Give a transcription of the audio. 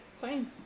Fine